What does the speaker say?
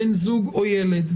בן זוג או ילד.